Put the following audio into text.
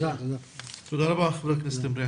תודה רבה, חברת הכנסת מריח.